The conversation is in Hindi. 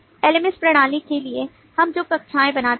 LMS प्रणाली के लिए हम जो कक्षाएं बनाते हैं